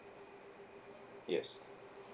yes